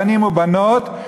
בנים ובנות,